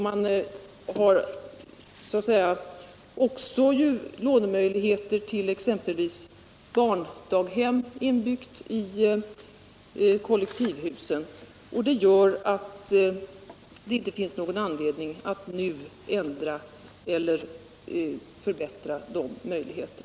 Man har också lånemöjligheter till exempelvis barndaghem, inbyggda i kollektivhusen. Det gör att det inte finns någon anledning att nu ändra eller förbättra dessa möjligheter.